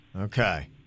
Okay